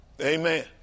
Amen